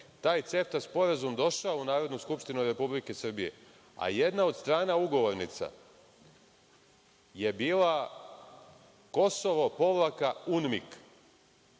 taj CEFTA sporazum došao u Narodnu skupštinu Republike Srbije, a jedna od strana ugovornica je bila Kosovo-UMNIK.